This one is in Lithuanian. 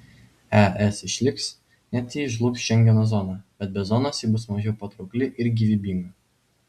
es išliks net jei žlugs šengeno zona bet be zonos ji bus mažiau patraukli ir gyvybinga